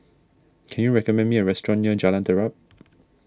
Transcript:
can you recommend me a restaurant near Jalan Terap